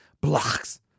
blocks